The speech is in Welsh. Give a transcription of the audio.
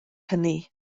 hynny